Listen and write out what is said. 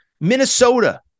Minnesota